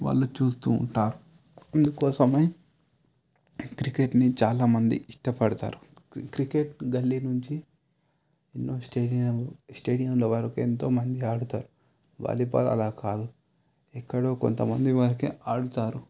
వాళ్లు చూస్తూ ఉంటారు అందుకోసమే ఈ క్రికెట్ని చాలామంది ఇష్టపడతారు క్రికెట్ గల్లీ నుంచి ఎన్నో స్టేడియం స్టేడియంలో వరకు ఎంతోమంది ఆడతారు వాలీబాల్ అలా కాదు ఎక్కడో కొంతమంది వరకే ఆడుతారు